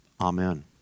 Amen